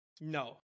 No